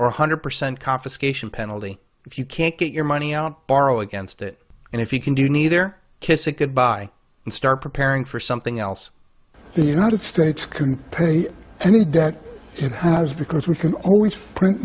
or hundred percent confiscation penalty if you can't get your money out borrow against it and if you can do neither kiss it goodbye and start preparing for something else the united states can pay any debt it has because we can always print